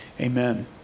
Amen